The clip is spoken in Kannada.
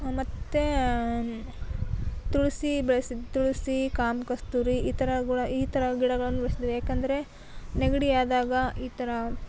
ಮತ್ತು ತುಳಸಿ ಬೆಳ್ಸಿದ ತುಳಸಿ ಕಾಮ ಕಸ್ತೂರಿ ಈ ಥರ ಗ್ ಈ ಥರ ಗಿಡಗಳನ್ನು ಬೆಳೆಸಿದ್ದಿವಿ ಯಾಕೆಂದರೆ ನೆಗಡಿ ಆದಾಗ ಈ ಥರ